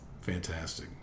Fantastic